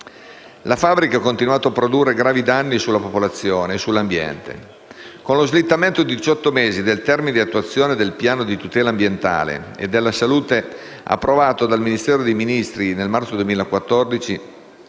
La fabbrica ha continuato a produrre gravi danni sulla popolazione e sull'ambiente. Con lo slittamento di diciotto mesi del termine di attuazione del piano di tutela ambientale e della salute approvato dal Consiglio dei ministri nel marzo 2014,